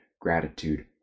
gratitude